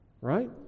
Right